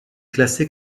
classé